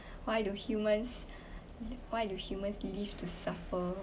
why do humans why do humans live to suffer